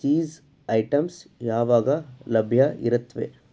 cheese items ಯಾವಾಗ ಲಭ್ಯ ಇರುತ್ತವೆ